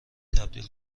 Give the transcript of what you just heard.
تبدیل